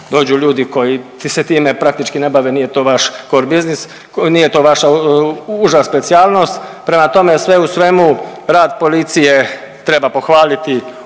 dođu ljudi koji se time praktički ne bave, nije to vaš core business, nije to vaša uža specijalnost. Prema tome sve u svemu rad policije treba pohvaliti